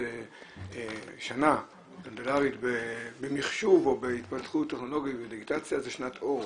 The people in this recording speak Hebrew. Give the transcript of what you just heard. ששנה קלנדרית במחשוב או בהתפתחות טכנולוגית ודיגיטציה זו שנת אור,